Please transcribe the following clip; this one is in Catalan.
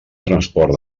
transport